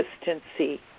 consistency